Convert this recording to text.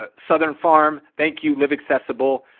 ah southern farm, thank you. live accessible,